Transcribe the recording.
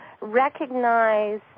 recognize